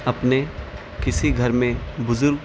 اپنے کسی گھر میں بزرگ